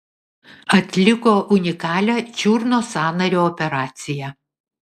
atliko unikalią čiurnos sąnario operaciją